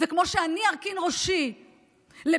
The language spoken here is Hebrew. וכמו שאני ארכין ראשי לביקורת,